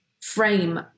frame